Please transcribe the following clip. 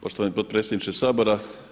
Poštovani potpredsjedniče Sabora.